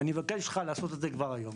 אני אבקש אותך לעשות את זה כבר היום.